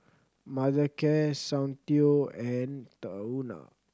Mothercare Soundteoh and Tahuna